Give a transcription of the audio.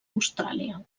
austràlia